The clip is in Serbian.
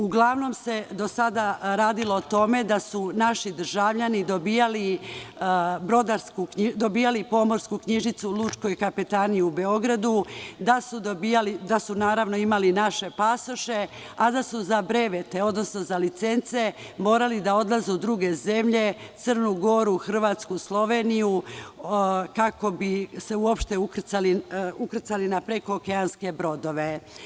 Uglavnom se do sada radilo o tome da su naši državljani dobijali pomorsku knjižicu u Lučkoj kapetaniji u Beogradu, da su imali naše pasoše, a da su za brevete odnosno za licence morali da odlaze u druge zemlje, Crnu Goru, Hrvatsku, Sloveniju, kako bi se uopšte ukrcali na prekookeanske brodove.